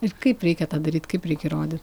ir kaip reikia tą daryt kaip reik įrodyt